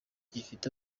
gifite